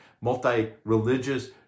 multi-religious